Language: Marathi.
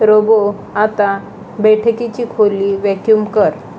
रोबो आता बैठकीची खोली वॅक्यूम कर